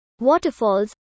waterfalls